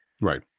right